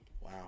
Wow